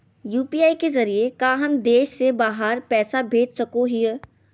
UPI के जरिए का हम देश से बाहर पैसा भेज सको हियय?